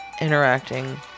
interacting